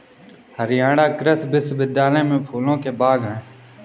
हरियाणा कृषि विश्वविद्यालय में फूलों के बाग हैं